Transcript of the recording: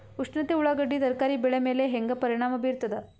ಉಷ್ಣತೆ ಉಳ್ಳಾಗಡ್ಡಿ ತರಕಾರಿ ಬೆಳೆ ಮೇಲೆ ಹೇಂಗ ಪರಿಣಾಮ ಬೀರತದ?